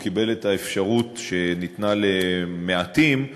הוא קיבל את האפשרות שניתנה למעטים,